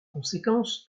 conséquence